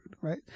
right